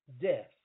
death